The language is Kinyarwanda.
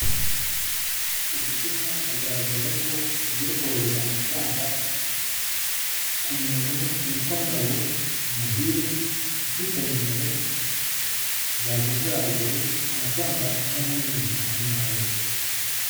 Ubutumwa bugaragaza ko ugiye kohereza amafaranga ku muntu witwa Ngabo Muhire, ufite nimero zavuzwe haruguru, amafaranga angana nk'ibihumbi makumyabiri.